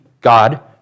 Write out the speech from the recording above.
God